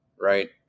right